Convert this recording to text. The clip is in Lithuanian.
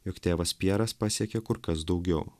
jog tėvas pjeras pasiekė kur kas daugiau